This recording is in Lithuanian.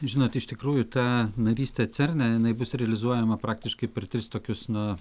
žinot iš tikrųjų ta narystė cerne jinai bus realizuojama praktiškai per tris tokius na